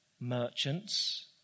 merchants